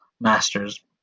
masters